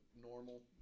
normal